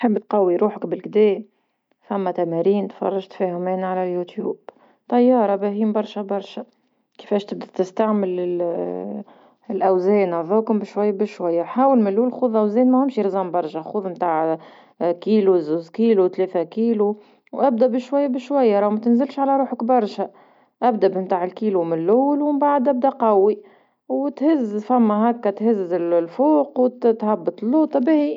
تحب تقوي روحك بالكدا؟ فما تمارين تفرجت فيهم انا على اليوتيوب، طيارة باهين برشا برشا، كيفاش تبدا تستعمل الأوزان هذوكا بشوي بشوية حاول ملول خوذ أوزان ماهمش رزان برشا خود نتاع كيلو زوز كيلو ثلاثة كيلو وأبدا بشوية بشوية راه لو ما تنزلش على روحك برشا، أبدا بنتاع الكيلو من لول ومن بعد أبدا قوي وتهز فما هاكا تهز الفوق وتهبط لوطا باهي.